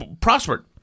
prospered